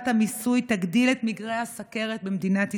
המיסוי תגדיל את מקרי הסוכרת במדינת ישראל,